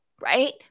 right